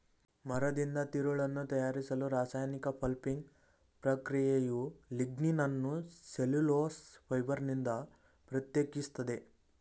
ಮರದಿಂದ ತಿರುಳನ್ನು ತಯಾರಿಸಲು ರಾಸಾಯನಿಕ ಪಲ್ಪಿಂಗ್ ಪ್ರಕ್ರಿಯೆಯು ಲಿಗ್ನಿನನ್ನು ಸೆಲ್ಯುಲೋಸ್ ಫೈಬರ್ನಿಂದ ಪ್ರತ್ಯೇಕಿಸ್ತದೆ